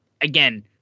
again